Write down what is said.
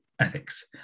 ethics